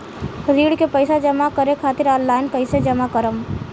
ऋण के पैसा जमा करें खातिर ऑनलाइन कइसे जमा करम?